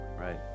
right